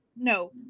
no